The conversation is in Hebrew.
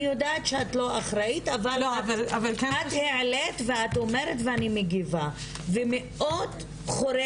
אני יודעת שאת לא אחראית אבל את העלית ואת אומרת ואני מגיבה ומאוד חורה